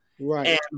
right